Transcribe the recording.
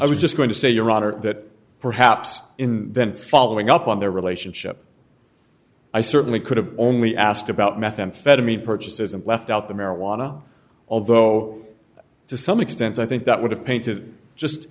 i was just going to say your honor that perhaps in then following up on their relationship i certainly could have only asked about methamphetamine purchases and left out the marijuana although to some extent i think that would have painted just